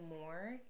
more